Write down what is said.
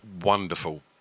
wonderful